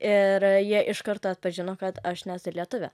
ir jie iš karto atpažino kad aš nesu lietuvė